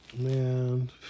Man